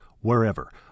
wherever